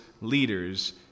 leaders